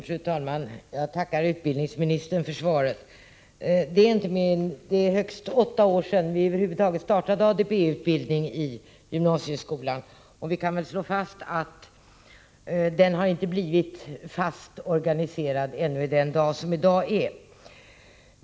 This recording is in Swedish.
Fru talman! Jag tackar utbildningsministern för svaret. Det är högst åtta år sedan vi över huvud taget startade ADB-utbildning i gymnasieskolan, och vi kan slå fast att den inte blivit fast organiserad ännu den dag som i dag är.